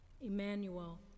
Emmanuel